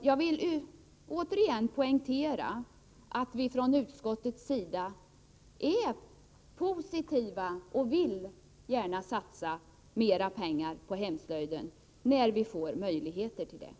Jag vill återigen poängtera att vi från utskottets sida är positiva till hemslöjden och gärna vill satsa mer pengar på denna, när vi får möjligheter härtill.